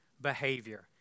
behavior